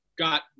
got